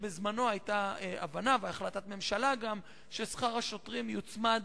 היו הבנה וגם החלטת ממשלה ששכר השוטרים יוצמד